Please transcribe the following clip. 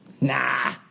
nah